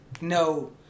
no